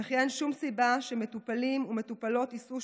וכי אין שום סיבה שמטופלים ומטופלות ייסעו